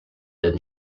did